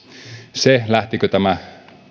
se lähtikö tämä